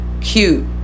cute